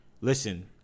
listen